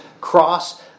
cross